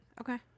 Okay